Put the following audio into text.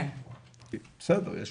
אסירים שפגעו בילדיהם, עדיין יש להם ילדים.